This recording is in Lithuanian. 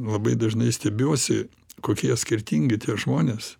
labai dažnai stebiuosi kokie skirtingi tie žmonės